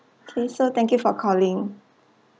okay so thank you for calling